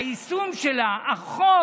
היישום של החוק